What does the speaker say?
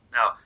Now